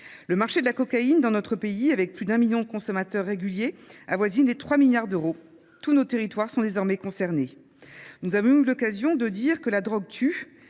Le marché de la cocaïne dans notre pays, avec plus d'un million de consommateurs réguliers, avoisine des 3 milliards d'euros. Tous nos territoires sont désormais concernés. Nous avons eu l'occasion de dire que la drogue tue,